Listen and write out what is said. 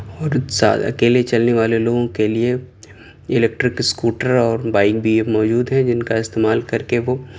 ا ور زیادہ اکیلے چلنے والے لوگوں کے لیے الیکٹرک اسکوٹر اور بائیک بھی اب موجود ہیں جن کا استعمال کر کے وہ